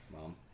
Mom